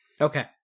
Okay